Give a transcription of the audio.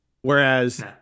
Whereas